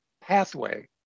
pathway